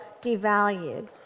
devalued